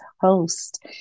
host